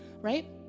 right